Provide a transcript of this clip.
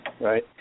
Right